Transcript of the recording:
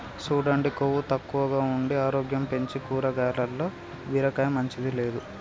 సూడండి కొవ్వు తక్కువగా ఉండి ఆరోగ్యం పెంచీ కాయగూరల్ల బీరకాయని మించింది లేదు